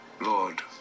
Lord